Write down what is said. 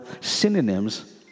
synonyms